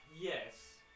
yes